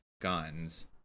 guns